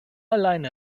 allein